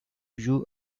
you